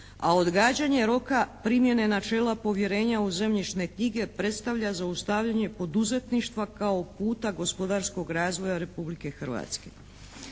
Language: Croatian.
a odgađanje roka primjene načela povjerenja u zemljišne knjige predstavlja zaustavljanje poduzetništva kao puta gospodarskog razvoja Republike Hrvatske.